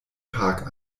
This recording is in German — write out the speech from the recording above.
park